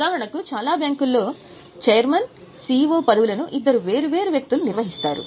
ఉదాహరణకు చాలా బ్యాంకుల్లో ఛైర్మన్ సిఇఒ పదవులను ఇద్దరు వేరు వేరు వ్యక్తులు నిర్వహిస్తారు